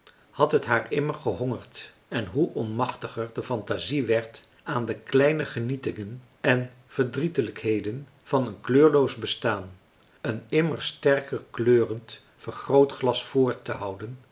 had het haar immer gehongerd en hoe onmachtiger de fantasie werd aan de kleine genietingen en verdrietelijkheden van een marcellus emants een drietal novellen kleurloos bestaan een immer sterker kleurend vergrootglas voortehouden des te